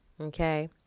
Okay